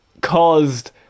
caused